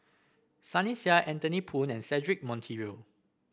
Sunny Sia Anthony Poon and Cedric Monteiro